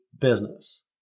business